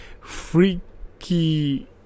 freaky